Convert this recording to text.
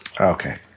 Okay